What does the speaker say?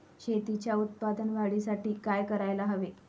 शेतीच्या उत्पादन वाढीसाठी काय करायला हवे?